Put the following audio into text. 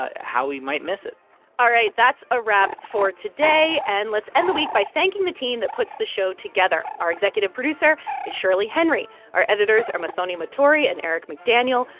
ah how he might miss it all right. that's a wrap for today. and let's end the week by thanking the team that puts the show together. our executive producer is shirley henry. our editors are muthoni muturi and eric mcdaniel.